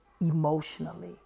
emotionally